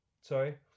Sorry